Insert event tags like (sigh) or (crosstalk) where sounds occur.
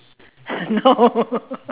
no (laughs)